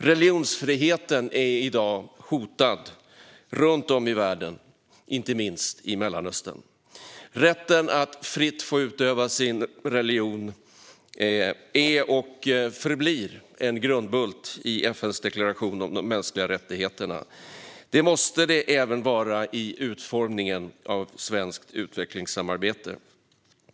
Religionsfriheten är i dag hotad runt om i världen, inte minst i Mellanöstern. Rätten att fritt få utöva sin religion är och förblir en grundbult i FN:s deklaration om de mänskliga rättigheterna. Det måste det även vara i utformningen av svenskt utvecklingssamarbete.